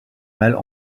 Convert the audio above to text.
mâles